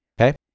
okay